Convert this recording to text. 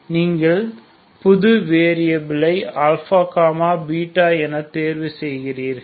நீங்கள் புது வேரியபிலை αβ என தேர்வு செய்கிறீர்கள்